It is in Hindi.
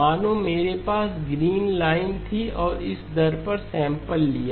मानो मेरे पास ग्रीन लाइन थी और इस दर पर सैंपल लिया